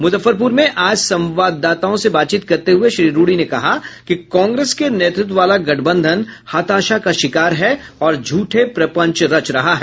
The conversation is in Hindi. मुजफ्फरपुर में आज संवाददाताओं से बातचीत करते हुए श्री रूडी ने कहा कि कॉग्रेस के नेतृत्व वाला गठबंधन हताशा का शिकार है और झूठे प्रपंच रच रहा है